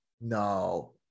no